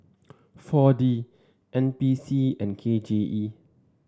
four D N P C and K J E